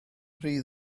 rhy